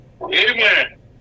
Amen